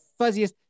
fuzziest